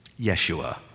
Yeshua